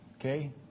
Okay